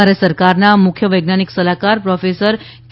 ભારત સરકારના મુખ્ય વૈજ્ઞાનિક સલાહકાર પ્રોફેસર કે